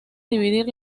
dividir